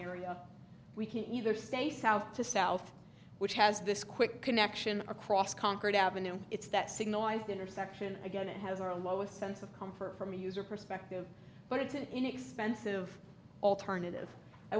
area we can either say south to south which has this quick connection across concord ave it's that signalised intersection again it has our lowest sense of comfort from a user perspective but it's an inexpensive alternative i